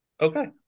Okay